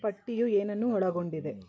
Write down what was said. ಪಟ್ಟಿಯು ಏನನ್ನು ಒಳಗೊಂಡಿದೆ